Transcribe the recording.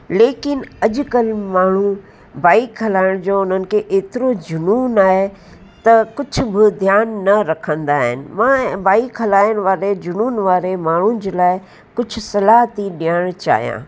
लेकिन अकुल माण्हूं बाइक हलाइण जो उन्हनि खे एतिरो जुनून आहे त कुछ बि ध्यानु न रखंदा आहिनि मां बाइक हलाइण वारे जुनून वारे माण्हूनि जे लाइ कुझु सलाह थी ॾियण चाहियां